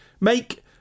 make